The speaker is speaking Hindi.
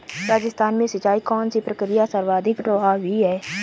राजस्थान में सिंचाई की कौनसी प्रक्रिया सर्वाधिक प्रभावी है?